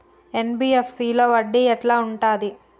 NBFC లో వడ్డీ ఎట్లా ఉంటది?